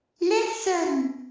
listen!